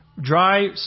dry